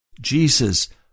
Jesus